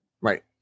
right